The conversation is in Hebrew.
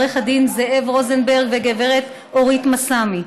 עו"ד זאב רוזנברג וגברת אורית מסמי,